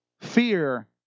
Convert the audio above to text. Fear